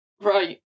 Right